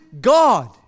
God